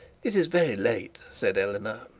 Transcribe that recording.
it is very late said eleanor,